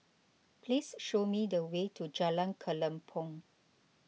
please show me the way to Jalan Kelempong